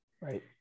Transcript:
Right